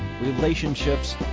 relationships